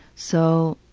so